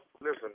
Listen